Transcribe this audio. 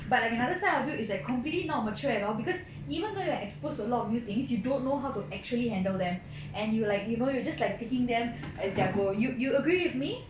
but like another side of you is like completely not mature at all because even though you're exposed to a lot of new things you don't know how to actually handle them and you like you know you just like taking them as their goal you agree with me